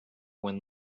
when